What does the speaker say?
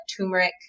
turmeric